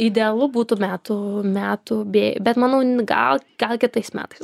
idealu būtų metų metų bė bet manau gal gal kitais metais